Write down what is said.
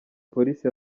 polisi